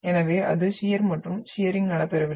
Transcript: எனவே அது ஷியர் மற்றும் ஷியரிங் நடைபெறவில்லை